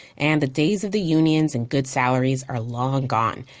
and the days of the unions and good salaries are long gone,